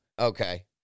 Okay